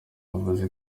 yavuze